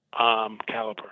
caliper